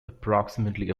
approximately